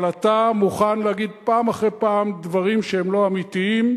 אבל אתה מוכן להגיד פעם אחרי פעם דברים שהם לא אמיתיים,